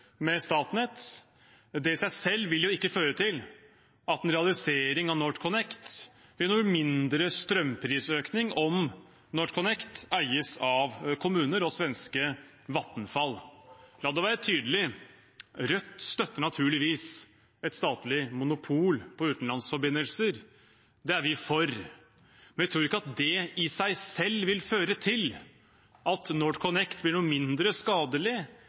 med Statnett. Det i seg selv vil jo ikke føre til at en realisering av NorthConnect vil gi mindre strømprisøkning, om NorthConnect eies av kommuner og svenske Vattenfall. La det være tydelig: Rødt støtter naturligvis et statlig monopol på utenlandsforbindelser. Det er vi for, men vi tror ikke at det i seg selv vil føre til at NorthConnect blir noe mindre skadelig